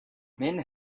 men